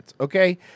Okay